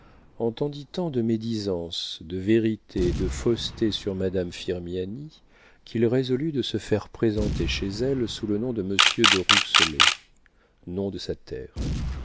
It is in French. entendit tant de médisances de vérités de faussetés sur madame firmiani qu'il résolut de se faire présenter chez elle sous le nom de monsieur de rouxellay nom de sa terre